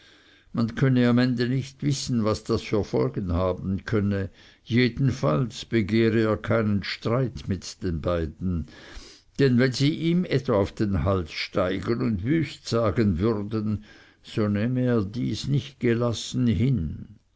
man könne am ende nicht wissen was das für folgen haben könne jeden falls begehre er keinen streit mit den beiden denn wenn sie ihm etwa auf den hals steigen und wüst sagen würden so nehme er dies nicht gelassen hin